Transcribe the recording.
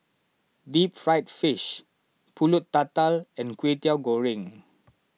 Deep Fried Fish Pulut Tatal and Kwetiau Goreng